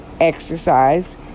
exercise